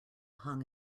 hung